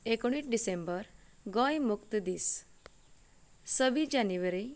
एकोणीस डिसेंबर गोंय मुक्त दीस सव्वीस जानेवारी